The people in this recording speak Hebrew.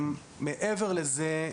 מעבר לזה,